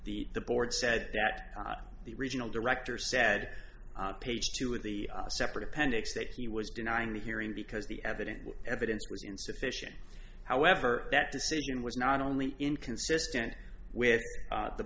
the the board said that the regional director said page two of the separate appendix that he was denying the hearing because the evidence evidence was insufficient however that decision was not only inconsistent with